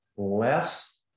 Less